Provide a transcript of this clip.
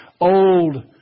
old